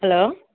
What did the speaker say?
hello